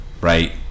right